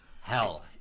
Hell